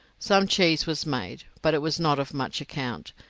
some cheese was made, but it was not of much account,